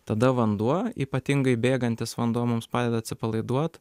tada vanduo ypatingai bėgantis vanduo mums padeda atsipalaiduot